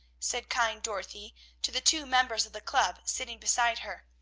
said kind dorothy to the two members of the club sitting beside her.